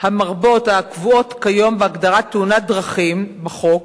המרבות הקבועות כיום בהגדרת "תאונת דרכים" בחוק,